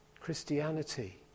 Christianity